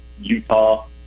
Utah